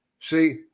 See